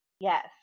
Yes